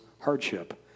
hardship